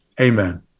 Amen